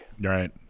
Right